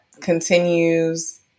continues